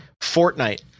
Fortnite